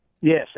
Yes